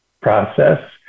process